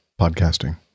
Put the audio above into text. podcasting